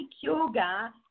yoga